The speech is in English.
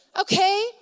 Okay